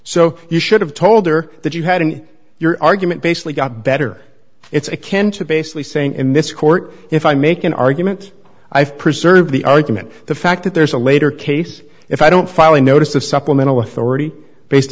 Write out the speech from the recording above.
so you should have told her that you had in your argument basically got better it's a canter basically saying in this court if i make an argument i've preserved the argument the fact that there's a later case if i don't file a notice of supplemental authority based